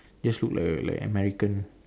just look like a like american